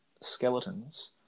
skeletons